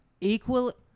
equal